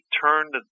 turned